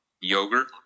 Yogurt